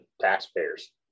taxpayers